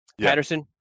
Patterson